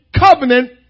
covenant